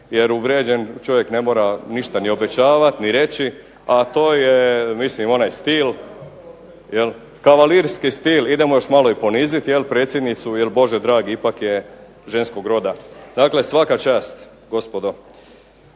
jer uvrijeđen čovjek ne mora ništa ni obećavat ni reći, a to je mislim onaj stil, kavalirski stil idemo ih još malo ponizit predsjednicu jer Bože dragi ipak je ženskog roda. Dakle, svaka čast gospodo.